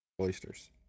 oysters